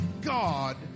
God